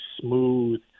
smooth